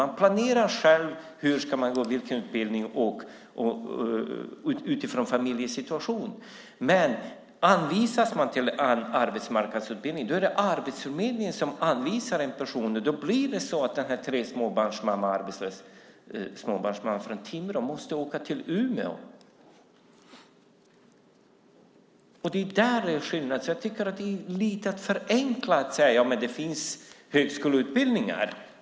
Man planerar själv hur man ska göra och vilken utbildning man ska gå utifrån sin familjesituation. Men det är Arbetsförmedlingen som anvisar en person arbetsmarknadsutbildning. Då måste den arbetslösa småbarnsmamman med tre barn från Timrå åka till Umeå. Det är skillnaden. Det är att förenkla lite att säga att det finns högskoleutbildningar.